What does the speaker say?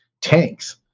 tanks